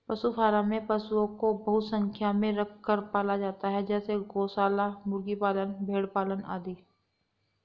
पशु फॉर्म में पशुओं को बहुत संख्या में रखकर पाला जाता है जैसे गौशाला, मुर्गी पालन, भेड़ पालन आदि